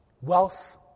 wealth